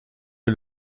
ait